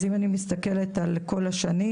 אז אם אני מסתכלת על כל השנים.